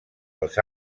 els